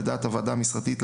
לדעת הוועדה המשרדית,